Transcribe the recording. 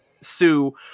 Sue